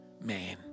man